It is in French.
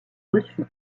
reçus